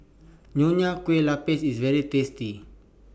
Nonya Kueh Lapis IS very tasty